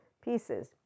pieces